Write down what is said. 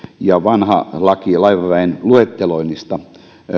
ja kumottaisiin vanha laki laivaväen luetteloinnista